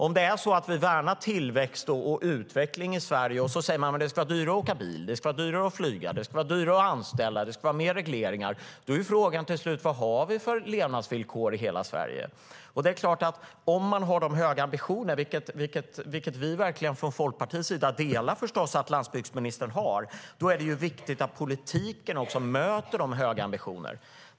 Om vi värnar tillväxt och utveckling i Sverige, men det ska bli dyrare att åka bil, dyrare att flyga, dyrare att anställa och fler regleringar, blir slutligen frågan vilka levnadsvillkor som finns i hela Sverige. Vi från Folkpartiet delar landsbygdsministerns höga ambitioner, och det är därför viktigt att politiken möter de höga ambitionerna.